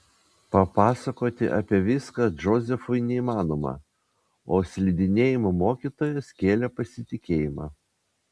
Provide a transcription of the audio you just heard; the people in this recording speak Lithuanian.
papasakoti apie viską džozefui neįmanoma o slidinėjimo mokytojas kėlė pasitikėjimą